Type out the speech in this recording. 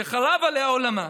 שחרב עליה עולמה,